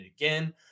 again